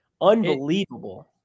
Unbelievable